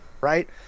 right